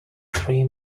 three